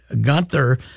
gunther